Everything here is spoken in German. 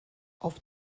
auf